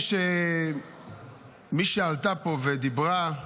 מי שעלתה לפה ודיברה,